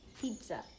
Pizza